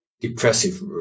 depressive